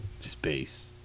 Space